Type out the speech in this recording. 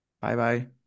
Bye-bye